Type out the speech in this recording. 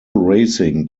racing